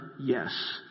yes